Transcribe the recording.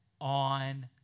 on